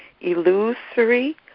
illusory